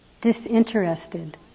disinterested